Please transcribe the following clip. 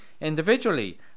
individually